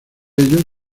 ellos